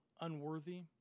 unworthy